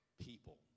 people